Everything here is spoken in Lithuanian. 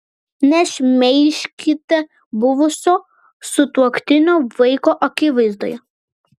nešmeižkite buvusio sutuoktinio vaiko akivaizdoje